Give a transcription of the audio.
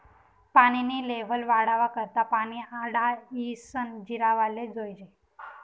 पानी नी लेव्हल वाढावा करता पानी आडायीसन जिरावाले जोयजे